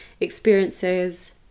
experiences